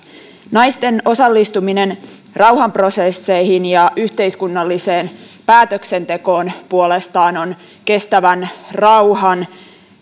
naisten osallistuminen rauhanprosesseihin ja yhteiskunnalliseen päätöksentekoon puolestaan on kestävän rauhan